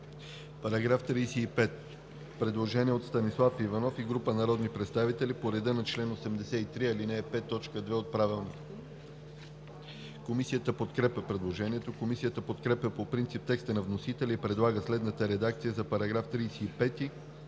По § 46 има предложение на Станислав Иванов и група народни представители по реда на чл. 83, ал. 5, т. 2 от Правилника. Комисията подкрепя предложението. Комисията подкрепя по принцип текста на вносителя и предлага следната редакция за § 46,